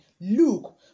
look